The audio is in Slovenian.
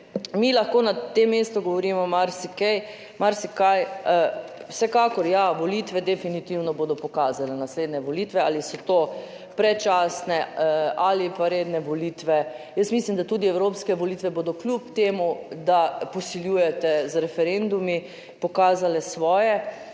mi lahko na tem mestu govorimo marsikaj, marsikaj vsekakor ja, volitve definitivno bodo pokazale, naslednje volitve ali so to predčasne ali pa redne volitve, Jaz mislim, da tudi evropske volitve bodo kljub temu, da posiljujete z referendumi, pokazale svoje.